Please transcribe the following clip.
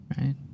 right